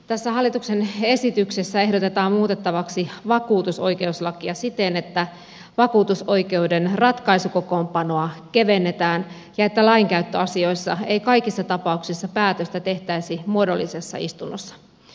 tässä hallituksen esityksessä ehdotetaan muutettavaksi vakuutusoikeuslakia siten että vakuutusoikeuden ratkaisukokoonpanoa kevennetään ja että lainkäyttöasioissa ei kaikissa tapauksissa päätöstä tehtäisi muodollisessa istunnossa